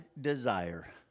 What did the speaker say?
desire